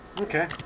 Okay